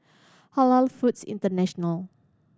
Halal Foods International